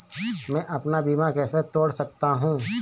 मैं अपना बीमा कैसे तोड़ सकता हूँ?